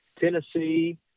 Tennessee